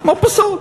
מרפסות.